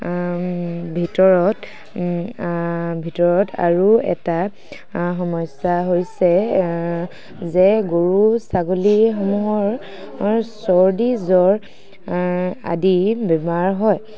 ভিতৰত আৰু এটা সমস্যা হৈছে যে গৰু ছাগলীসমূহৰ চৰ্দি জ্বৰ আদি বেমাৰ হয়